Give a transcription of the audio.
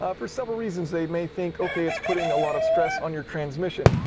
ah for several reasons they may think, okay, it's putting a lot of stress on your transmission.